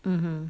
mmhmm